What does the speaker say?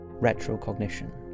retrocognition